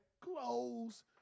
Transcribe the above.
clothes